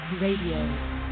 Radio